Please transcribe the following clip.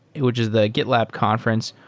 which is the gitlab conference.